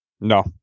No